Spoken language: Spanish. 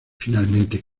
finalmente